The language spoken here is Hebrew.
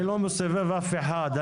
אני לא מסובב אף אחד.